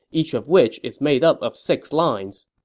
each of which is made up of six lines.